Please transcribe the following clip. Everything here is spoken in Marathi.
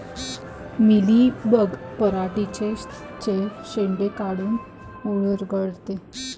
मिलीबग पराटीचे चे शेंडे काऊन मुरगळते?